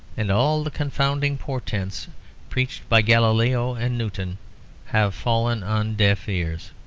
and all the confounding portents preached by galileo and newton have fallen on deaf ears.